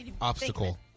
obstacle